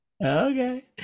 Okay